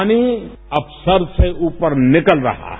पानी अब सर से ऊपर निकल रहा है